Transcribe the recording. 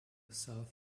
south